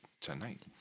tonight